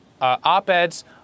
op-eds